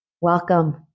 Welcome